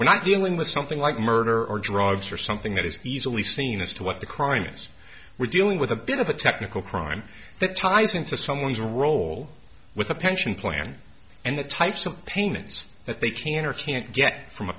i'm dealing with something like murder or drugs or something that is easily seen as to what the crime is we're dealing with a bit of a technical crime that ties into someone's role with a pension plan and the type some payments that they can or can't get from a